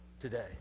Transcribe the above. today